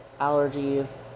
allergies